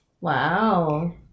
Wow